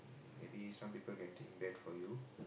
mm maybe some people can think bad for you